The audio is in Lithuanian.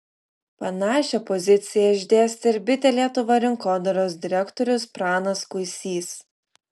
panašią poziciją išdėstė ir bitė lietuva rinkodaros direktorius pranas kuisys